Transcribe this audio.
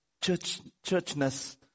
churchness